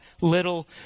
little